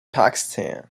pakistan